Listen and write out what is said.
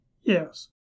Yes